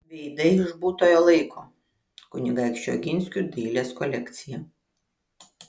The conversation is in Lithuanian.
veidai iš būtojo laiko kunigaikščių oginskių dailės kolekcija